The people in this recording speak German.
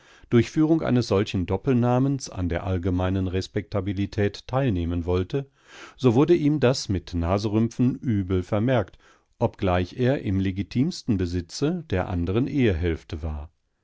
durch führung solchen doppelnamens an der allgemeinen respektabilität teilnehmen wollte so wurde ihm das mit naserümpfen übel vermerkt obgleich er im legitimsten besitze der anderen ehehälfte war